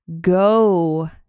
go